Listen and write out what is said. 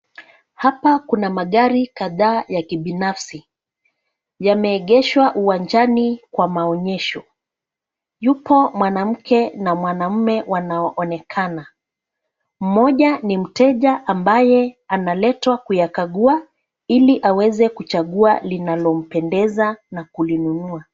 Hapa kuna magari kadhaa ya kibinafsi. Yameegeshwa uwanjani kwa maonyesho. Yupo mwanamke na mwanamume wanaoonekana. Mmoja ni mteja ambaye analetwa kuyakagua, ili aweze kuchagua linalompendeza na kulinunua.